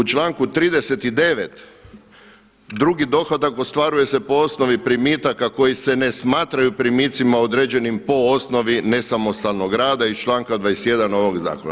U članku 39. drugi dohodak ostvaruje se po osnovi primitaka koji se ne smatraju primicima određenim po osnovi nesamostalnog rada iz članka 21. ovog Zakona.